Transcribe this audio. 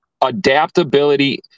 adaptability